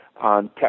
on